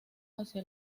hacia